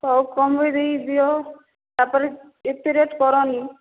ହଉ କମ୍ରେ ଦିଅ ତା'ପରେ ଏତେ ରେଟ କରନାହିଁ